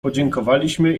podziękowaliśmy